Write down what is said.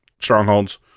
strongholds